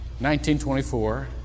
1924